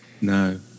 No